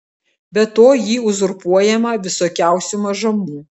be to ji uzurpuojama visokiausių mažumų